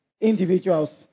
individuals